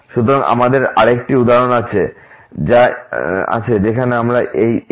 সুতরাং আমাদের আরেকটি উদাহরণ আছে যেখানে আমরা এই fx